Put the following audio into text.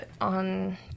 on